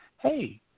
hey